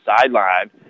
sideline